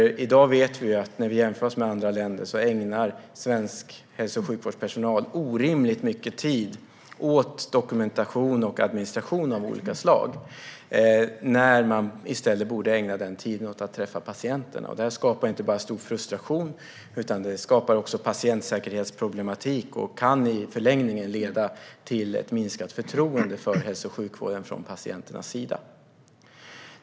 Vi vet att när vi jämför oss med andra länder kan vi se att svensk hälso och sjukvårdspersonal ägnar orimligt mycket tid åt dokumentation och administration av olika slag när de i stället borde ägna tiden åt att träffa patienter. Detta skapar inte bara frustration utan också patientsäkerhetsproblem och kan i förlängningen leda till ett minskat förtroende för hälso och sjukvården från patienternas sida.